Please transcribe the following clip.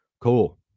Cool